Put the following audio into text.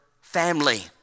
family